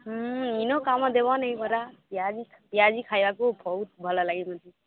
ହୁଁ ଇନୋ କାମ ଦେବ ନାଇ ପରା ପିଆଜି ପିଆଜି ଖାଇବାକୁ ବହୁତ ଭଲ ଲାଗେ ମୋତେ